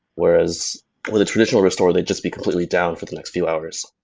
whereas with traditional restore, they'd just be completely down for the next few hours.